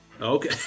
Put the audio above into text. Okay